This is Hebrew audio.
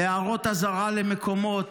הערות אזהרה למקומות,